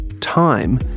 Time